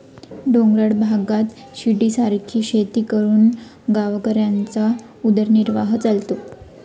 डोंगराळ भागात शिडीसारखी शेती करून गावकऱ्यांचा उदरनिर्वाह चालतो